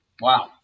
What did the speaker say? Wow